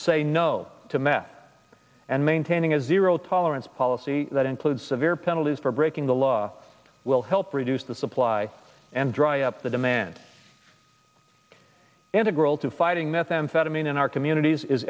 say no to meth and maintaining a zero tolerance policy that includes severe penalties for breaking the law will help reduce the supply and dry up the demand integral to fighting methamphetamine in our communities is